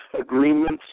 agreements